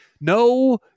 No